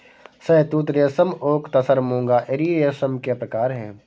शहतूत रेशम ओक तसर मूंगा एरी रेशम के प्रकार है